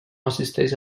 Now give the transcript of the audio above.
assisteix